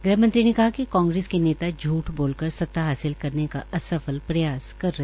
गृहमंत्री ने कहा कि कांग्रेस के नेता झूठ बोलकर सता हासिल करने का असफल प्रयास कर रहे है